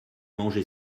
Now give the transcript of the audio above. mangé